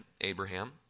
Abraham